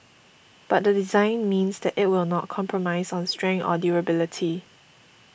but the design means that it will not compromise on strength or durability